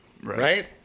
Right